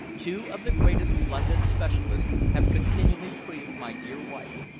two of the greatest london specialists have continually treated my dear wife,